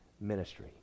ministry